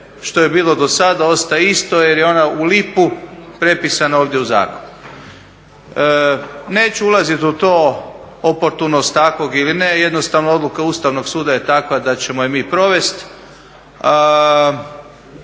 što je bilo do sada ostaje je isto jer je ona u lipu prepisana ovdje u zakon. Neću ulaziti u to, oportunost takvog ili ne, jednostavno odluka Ustavnog suda je takva da ćemo je mi provesti.